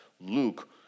Luke